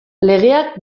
legeak